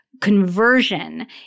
conversion